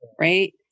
Right